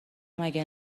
مگه